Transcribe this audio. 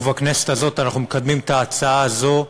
ובכנסת הזאת אנחנו מקדמים את ההצעה הזו,